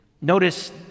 Notice